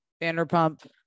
Vanderpump